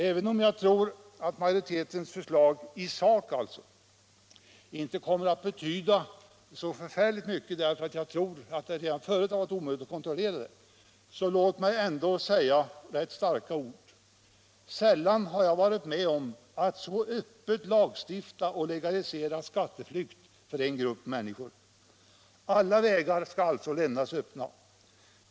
Även om jag inte tror att majoritetens förslag i sak kommer att betyda så förfärligt mycket — därför att jag tror att detta redan förut har varit omöjligt att kontrollera — så låt mig ändå använda rätt starka ord: Sällan har jag varit med om att man så öppet legaliserar möjlighet till skatteflykt för en grupp människor. Alla vägar skall alltså lämnas öppna!